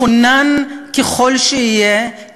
מחונן ככל שיהיה,